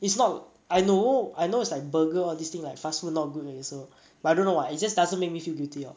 it's not I know I know it's like burger all this thing like fast food not good already so but I don't know why it just doesn't make me feel guilty lor